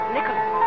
Nicholas